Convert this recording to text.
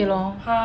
okay lor